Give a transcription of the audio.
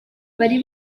bari